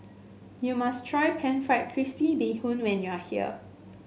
you must try pan fried crispy Bee Hoon when you are here